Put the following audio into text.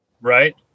Right